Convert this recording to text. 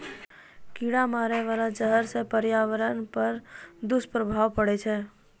कीरा मारै बाला जहर सँ पर्यावरण पर दुष्प्रभाव पड़ै छै